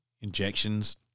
injections